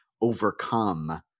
overcome